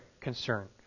concern